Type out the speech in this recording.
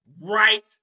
right